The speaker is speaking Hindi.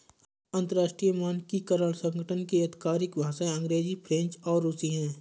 अंतर्राष्ट्रीय मानकीकरण संगठन की आधिकारिक भाषाएं अंग्रेजी फ्रेंच और रुसी हैं